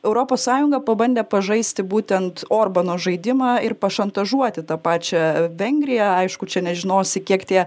europos sąjunga pabandė pažaisti būtent orbano žaidimą ir pašantažuoti tą pačią vengriją aišku čia nežinosi kiek tie